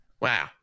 wow